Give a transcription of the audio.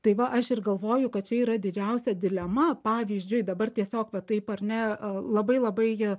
tai va aš ir galvoju kad čia yra didžiausia dilema pavyzdžiui dabar tiesiog va taip ar ne labai labai